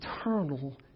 eternal